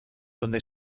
donde